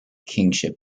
kingship